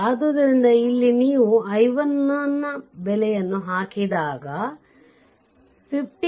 ಆದ್ದರಿಂದ ಇಲ್ಲಿ ನೀವು i1 ಬೆಲೆಯನ್ನು ಹಾಕಿದಾಗ 53 i2